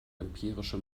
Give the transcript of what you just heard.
empirische